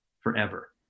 forever